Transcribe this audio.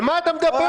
על מה אתה מדבר?